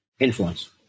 Influence